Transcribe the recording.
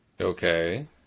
Okay